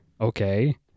Okay